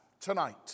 tonight